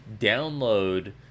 download